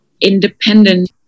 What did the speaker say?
independent